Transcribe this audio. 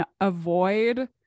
avoid